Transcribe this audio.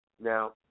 Now